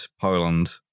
Poland